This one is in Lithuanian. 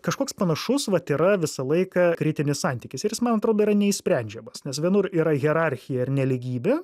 kažkoks panašus vat yra visą laiką kritinis santykis ir jis man atrodo yra neišsprendžiamas nes vienur yra hierarchija ir nelygybė